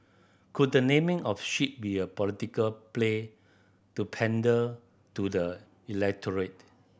could the naming of ship be a political play to pander to the electorate